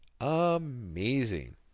Amazing